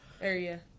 area